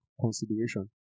consideration